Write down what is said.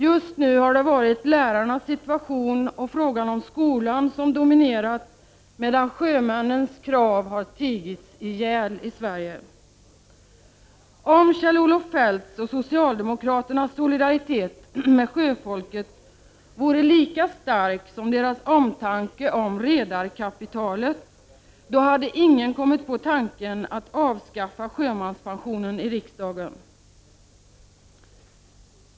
Just nu har det varit lärarnas situation och frågan om skolan som har dominerat, medan sjömännens krav har tigits ihjäl. Om Kjell-Olof Feldts och socialdemokraternas solidaritet med sjöfolket vore lika stark som deras omtanke om redarkapitalet, hade ingen i riksdagen kommit på tanken att avskaffa sjömanspensionen.